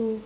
oh